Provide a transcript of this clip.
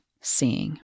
seeing